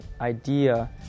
idea